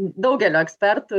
daugelio ekspertų